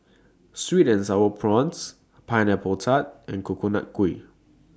Sweet and Sour Prawns Pineapple Tart and Coconut Kuih